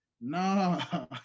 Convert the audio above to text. Nah